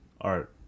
art